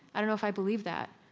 i don't know if i believe that.